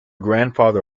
grandfather